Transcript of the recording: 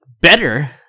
better